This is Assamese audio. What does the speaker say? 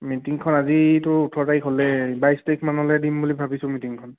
মিটিংখন আজিতো ওঠৰ তাৰিখ হ'লেই বাইছ তাৰিখমানলৈ দিম বুলি ভাবিছোঁ মিটিংখন